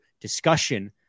discussion